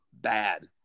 bad